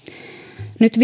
nyt